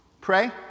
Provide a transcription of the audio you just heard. pray